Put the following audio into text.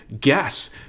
guess